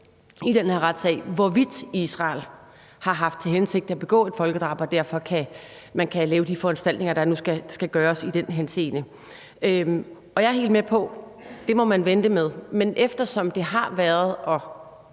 i den her retssag, hvorvidt Israel har haft til hensigt at begå folkedrab, så man derfor kan lave de foranstaltninger, der nu skal gøres i den henseende. Jeg er helt med på, at det må man vente med, men eftersom det har været